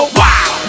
wow